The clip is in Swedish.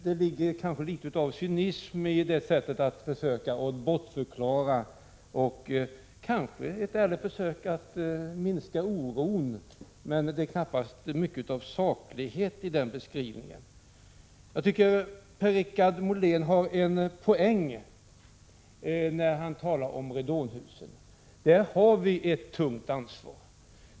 Det ligger litet av cynism i detta sätt att bortförklara. Kanske är det ett ärligt försök att minska oron, men det fanns knappast mycket av saklighet i den beskrivningen. Jag tycker ändå att Per-Richard Molén hade en poäng när han talade om radonhusen. Där har vi ett tungt ansvar.